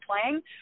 playing